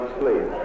sleep